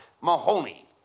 Mahoney